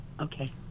Okay